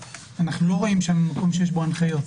אנחנו לא רואים שם מקום שיש בו הנחיות.